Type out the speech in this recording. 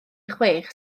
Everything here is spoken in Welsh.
chwech